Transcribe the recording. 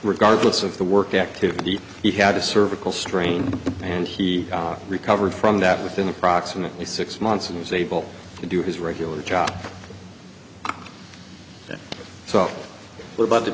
regardless of the work activity he had to cervical strain and he recovered from that within approximately six months and was able to do his regular job so well but the